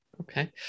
Okay